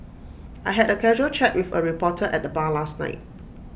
I had A casual chat with A reporter at the bar last night